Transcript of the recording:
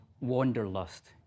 wanderlust